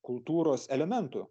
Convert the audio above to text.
kultūros elementu